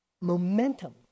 momentum